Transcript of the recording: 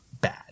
bad